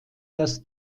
das